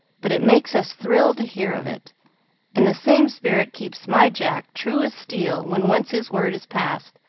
but it makes us thrill to hear of it and the same spirit keeps my jack true as steel when once his word is passed,